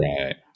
right